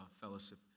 fellowship